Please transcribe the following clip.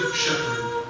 shepherd